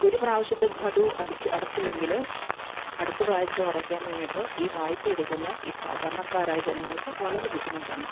ഒരു പ്രാവശ്യത്തെ ഘടു അടച്ച് അടച്ചില്ലെങ്കിൽ അടുത്ത പ്രാവശ്യമടക്കാൻ വേണ്ടിയിട്ട് ഈ വായ്പ എടുക്കുന്ന ഈ സാധാണക്കാരായ ജനങ്ങൾക്ക് വളരെ ബുദ്ധിമുട്ടാണ്